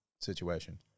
situation